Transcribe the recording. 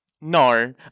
no